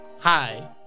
Hi